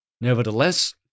Nevertheless